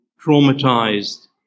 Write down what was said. traumatized